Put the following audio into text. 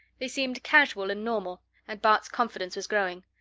they seemed casual and normal, and bart's confidence was growing.